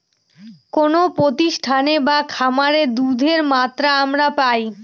কোনো প্রতিষ্ঠানে বা খামারে দুধের মাত্রা আমরা পাই